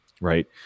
Right